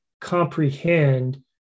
comprehend